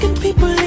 people